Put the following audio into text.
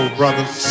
brothers